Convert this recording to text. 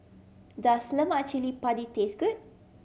does lemak cili padi taste good